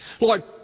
Lord